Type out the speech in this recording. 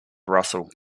russell